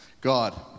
God